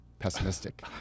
Pessimistic